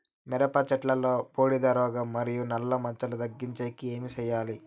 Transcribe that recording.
మిరప చెట్టులో బూడిద రోగం మరియు నల్ల మచ్చలు తగ్గించేకి ఏమి చేయాలి?